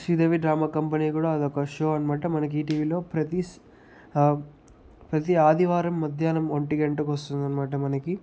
Sridevi drama company కూడా అదొక show అన్నమాట మనకి ఈ టీవీలో ప్రతి ప్రతి ఆదివారం మధ్యాహ్నం ఒంటిగంటకు వస్తుందన్నమాట మనకి